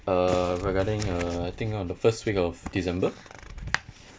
uh regarding uh I think on the first week of december